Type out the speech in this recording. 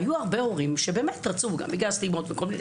היו הרבה הורים שרצו בגלל סטיגמות וכל מיני